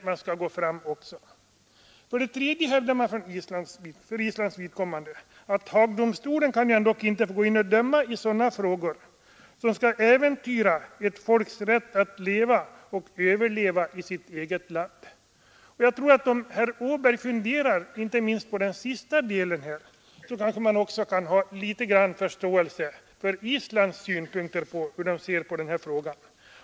Dessutom hävdar Island att Haagdomstolen inte kan döma i sådana frågor där ett folks rätt att leva och överleva i sitt eget land kan äventyras. Om herr Åberg funderar inte minst på detta sista, kanske också han får litet förståelse för Islands synpunkter.